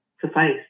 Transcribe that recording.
suffice